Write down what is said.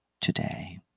today